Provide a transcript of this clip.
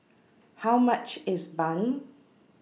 How much IS Bun